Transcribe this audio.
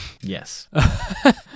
Yes